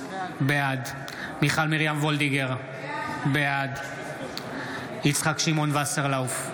בעד מיכל מרים וולדיגר, בעד יצחק שמעון וסרלאוף,